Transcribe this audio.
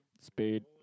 Speed